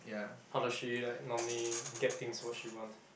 how does she like normally get things what she wants